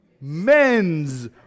men's